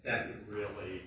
that really